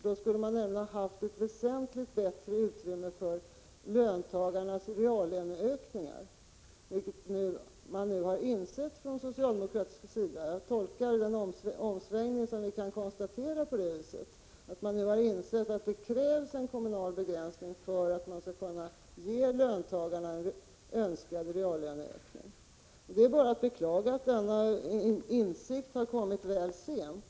Då skulle det nämligen ha funnits ett väsentligt bättre utrymme för löntagarnas reallöneökningar, vilket man nu har insett från socialdemokratisk sida. Jag tolkar den omsvängning som vi kan konstatera på det viset att socialdemokraterna nu har insett att det krävs en kommunal begränsning för att man skall kunna ge löntagarna önskvärd reallöneökning. Det är bara att beklaga att denna insikt har kommit väl sent.